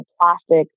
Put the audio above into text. plastic